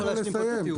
לסיים.